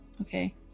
Okay